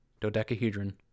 dodecahedron